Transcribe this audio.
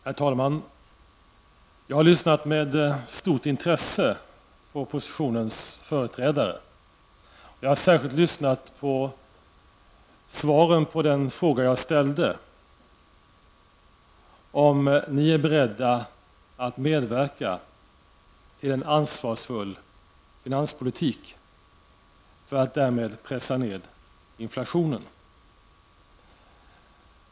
Herr talman! Jag har lyssnat med stort intresse på oppositionens företrädare. Jag har särskilt lyssnat till svaren på den fråga jag ställde, om huruvida ni är beredda att medverka till en ansvarsfull finanspolitik, för att därmed pressa ned inflationen.